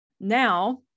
Now